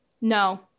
no